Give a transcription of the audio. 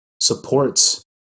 supports